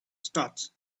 start